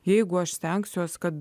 jeigu aš stengsiuosi kad